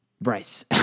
Bryce